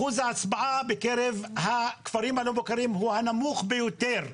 אחוז ההצבעה בקרב הכפרים הלא מוכרים הוא הנמוך ביותר.